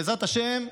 בעזרת השם,